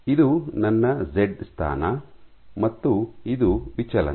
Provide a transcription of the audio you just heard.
ಇದು ನನ್ನ ಜೆಡ್ ಸ್ಥಾನ ಮತ್ತು ಇದು ವಿಚಲನ